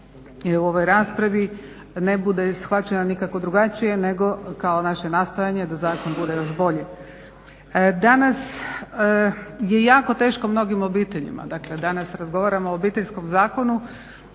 u ovoj raspravi ne bude shvaćena nikako drugačije nego kao naše nastojanje da zakon bude još bolji. Danas je jako teško mnogim obiteljima, dakle danas razgovaramo o Obiteljskom zakonu,